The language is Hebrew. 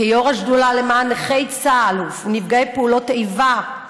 כיו"ר השדולה למען נכי צה"ל ונפגעי פעולות איבה,